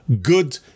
good